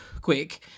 quick